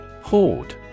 Hoard